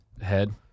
Head